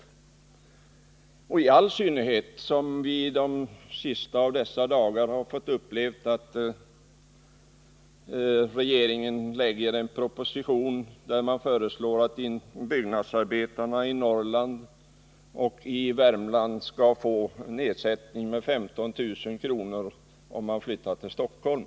Detta gäller i all synnerhet sedan vi de sista av dessa dagar har fått uppleva att regeringen lägger fram en proposition där man föreslår att byggnadsarbetare i Norrland och i Värmland skall få ersättning med 15 000 kr. om de flyttar till Stockholm.